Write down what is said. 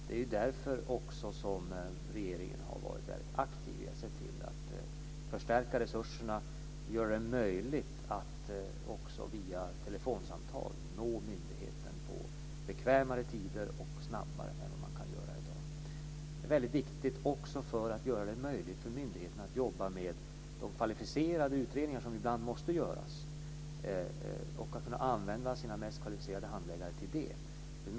Det är också därför som regeringen har varit väldigt aktiv i att se till att förstärka resurserna och göra det möjligt att också via telefonsamtal nå myndigheten på bekvämare tider och snabbare än vad man kan göra i dag. Det är också viktigt för att göra det möjligt för myndigheten att jobba med de kvalificerade utredningar som ibland måste göras och kunna använda sina mest kvalificerade handläggare till det.